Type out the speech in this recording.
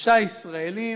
שלושה ישראלים.